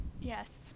Yes